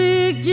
Big